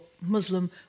Muslim